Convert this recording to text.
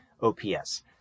OPS